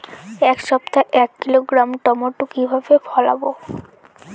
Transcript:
এক সপ্তাহে এক কিলোগ্রাম টমেটো কিভাবে ফলাবো?